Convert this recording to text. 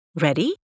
Ready